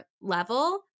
level